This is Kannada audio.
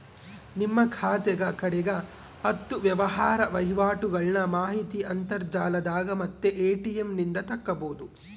ನಿಮ್ಮ ಖಾತೆಗ ಕಡೆಗ ಹತ್ತು ವ್ಯವಹಾರ ವಹಿವಾಟುಗಳ್ನ ಮಾಹಿತಿ ಅಂತರ್ಜಾಲದಾಗ ಮತ್ತೆ ಎ.ಟಿ.ಎಂ ನಿಂದ ತಕ್ಕಬೊದು